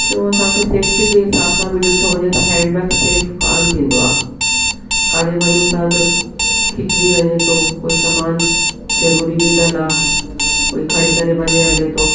टियो असांखे सेफ्टी के हिसाब सां बि डिठो वञे त हैंडबैग सेफ कोनि थींदो आहे काॾे वञूं था त खिचजी वञे थो कोई सामान ज़रूरी विधल आहे कोई खणी करे वञे हले थो